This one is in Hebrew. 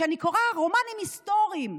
אני קוראת רומנים היסטוריים,